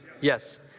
Yes